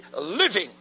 living